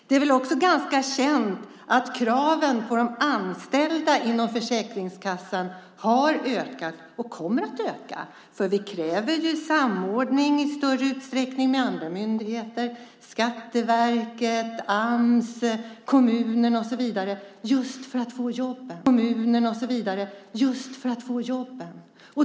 Det är väl också ganska känt att kraven på de anställda i Försäkringskassan har ökat och kommer att öka, eftersom vi i större utsträckning kräver samordning med andra myndigheter, Skatteverket, Ams, kommunerna och så vidare just för att få fram jobben.